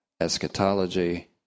eschatology